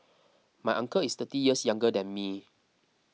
my uncle is thirty years younger than me